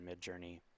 Midjourney